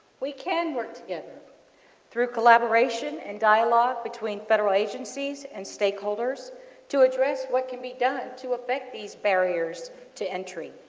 we can work together through collaboration and dialogue between federal agencies and stakeholders to address what could be done to affect these barriers to entry.